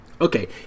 Okay